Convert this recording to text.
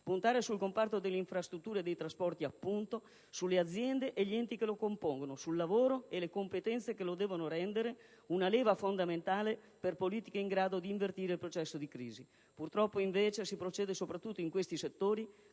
puntare sul comparto delle infrastrutture e dei trasporti, appunto, sulle aziende e sugli enti che lo compongono, sul lavoro e sulle competenze che lo devono rendere una leva fondamentale per politiche in grado di invertire il processo di crisi. Purtroppo, invece, soprattutto in questi settori